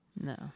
No